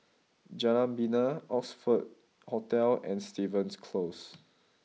Jalan Bena Oxford Hotel and Stevens Close